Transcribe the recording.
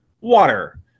water